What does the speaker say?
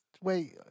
Wait